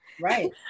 Right